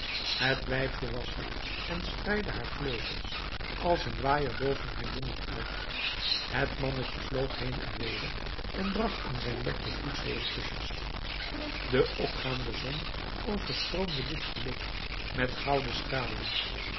het wijfje was er en spreidde haar vleugels als een waaier boven haar jongen uit het mannetje vloog heen en weder en bracht in zijn bekje voedsel en kusjes de opgaande zon overstroomde dit geluk met gouden stralen